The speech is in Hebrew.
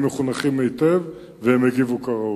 הם מחונכים היטב והם יגיבו כראוי.